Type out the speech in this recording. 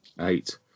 Eight